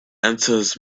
enters